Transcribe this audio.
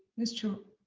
that's true.